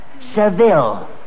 Seville